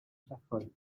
shepherd